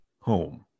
home